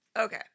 Okay